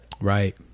right